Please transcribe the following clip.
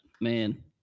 Man